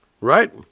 Right